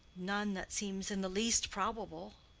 none that seems in the least probable.